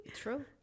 True